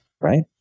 right